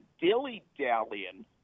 dilly-dallying